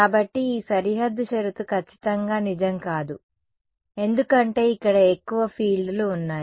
కాబట్టి ఈ సరిహద్దు షరతు ఖచ్చితంగా నిజం కాదు ఎందుకంటే ఇక్కడ ఎక్కువ ఫీల్డ్లు ఉన్నాయి